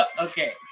okay